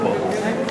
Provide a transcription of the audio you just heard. וג'ת),